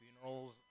funerals